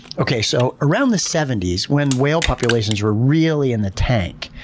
okay, so around the seventies when whale populations were really in the tank,